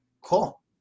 Cool